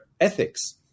ethics